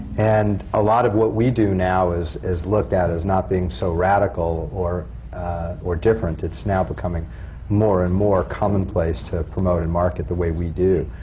and a lot of what we do now is is looked at as not being so radical or or different. it's now becoming more and more commonplace to promote and market the way we do.